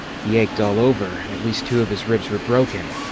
he ached all over and at least two of his ribs were broken,